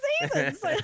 seasons